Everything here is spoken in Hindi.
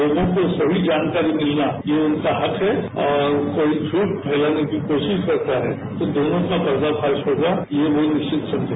लोगों को सही जानकारी मिलना ये उनका हक है और कोई झूठ फैलाने की कोशिश करता है कि दोनों का पर्दाफाश होगा ये वे निश्चित समझे